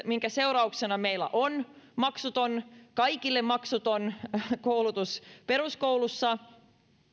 minkä seurauksena meillä on kaikille maksuton koulutus peruskoulussa